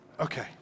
Okay